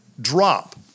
drop